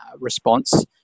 response